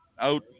out